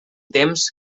temps